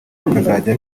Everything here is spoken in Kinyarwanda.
bakazajya